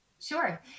Sure